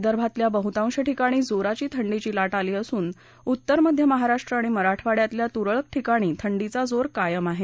विदर्भातल्या बहतांश ठिकाणी जोराची थंडीची लाट आली असून उत्तर मध्य महाराष्ट्र आणि मराठवाङ्यातल्या तुरळक ठिकाणी थंडीचा जोर कायम आहे